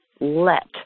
let